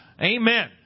Amen